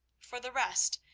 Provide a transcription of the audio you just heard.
for the rest,